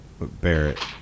Barrett